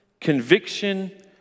conviction